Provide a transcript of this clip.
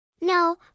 No